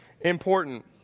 important